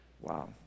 Wow